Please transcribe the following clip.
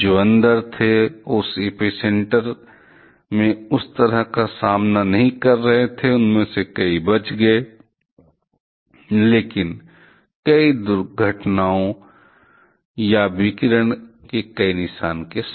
जो अंदर थे और उस एपीसेंटर में उस तरह का सामना नहीं कर रहे थे उनमें से कई बच गए लेकिन कई घटनाओं या विकिरण के कई निशान के साथ